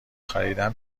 خریدن